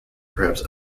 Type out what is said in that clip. perhaps